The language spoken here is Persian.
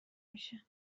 میشه